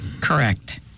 Correct